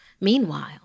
Meanwhile